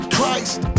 Christ